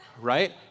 right